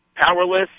powerless